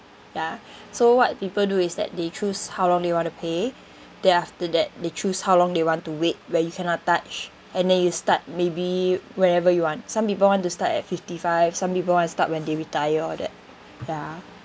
ya so what people do is that they choose how long they want to pay then after that they choose how long they want to wait where you cannot touch and then you start maybe wherever you want some people want to start at fifty five some people want to start when they retire all that ya